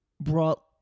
brought